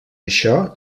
això